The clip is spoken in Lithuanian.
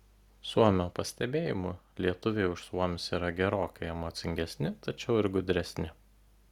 suomio pastebėjimu lietuviai už suomius yra gerokai emocingesni tačiau ir gudresni